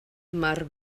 mar